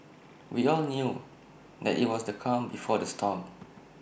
we all knew that IT was the calm before the storm